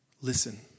listen